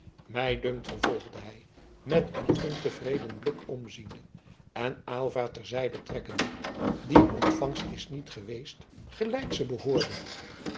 mij dunkt vervolgde hij met een ontevreden blik omziende en aylva ter zijde trekkende die ontvangst is niet geweest gelijk ze behoorde